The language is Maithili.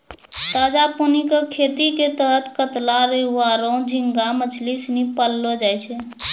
ताजा पानी कॅ खेती के तहत कतला, रोहूआरो झींगा मछली सिनी पाललौ जाय छै